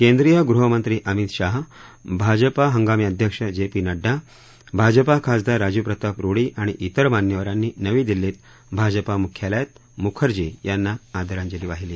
केंद्रीय गृहमंत्री अमित शहा भाजपा हंगामी अध्यक्ष जे पी नङ्डा भाजपा खासदार राजीव प्रताप रुडी आणि तिर मान्यवरांनी नवी दिल्लीत भाजपा मुख्यालयात मुखर्जी यांना आदरांजली वाहिली